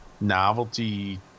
novelty